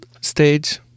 stage